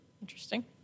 Interesting